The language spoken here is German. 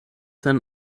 sein